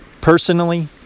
Personally